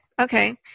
okay